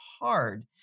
hard